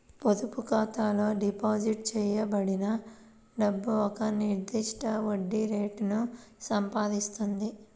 పొదుపు ఖాతాలో డిపాజిట్ చేయబడిన డబ్బు ఒక నిర్దిష్ట వడ్డీ రేటును సంపాదిస్తుంది